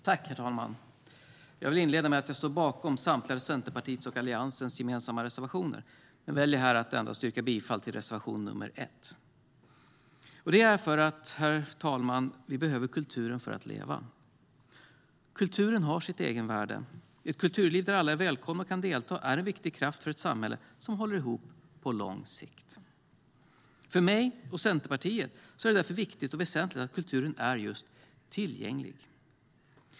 Herr talman! Jag vill inleda med att säga att jag står bakom samtliga av Centerpartiets och Alliansens gemensamma reservationer, men jag väljer här att endast yrka bifall till reservation nr 1. Herr talman! Vi behöver kulturen för att leva. Kulturen har sitt egenvärde. Ett kulturliv där alla är välkomna och kan delta är en viktig kraft för ett samhälle som håller ihop på lång sikt. För mig och Centerpartiet är det därför viktigt och väsentligt att kulturen är just tillgänglig.